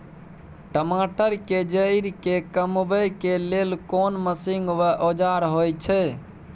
टमाटर के जईर के कमबै के लेल कोन मसीन व औजार होय छै?